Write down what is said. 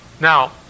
Now